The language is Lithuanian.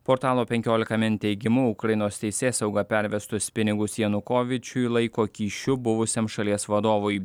portalo penkiolika min teikimu ukrainos teisėsauga pervestus pinigus janukovyčiui laiko kyšiu buvusiam šalies vadovui